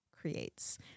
Creates